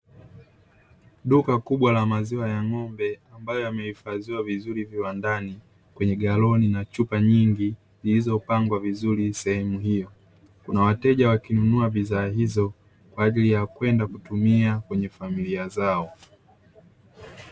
duka kubwa la maziwa ya ngombe ambayo yameifadhiwa vizuri viwandani kwenye galoni na chupa nyingi zilizopangwa vizuri sehemu hiyo .kuna wateja wakinunua bidhaa hizo kwa ajili ya kwenda kutumia kwenye familia zao .